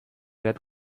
dret